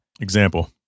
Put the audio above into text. Example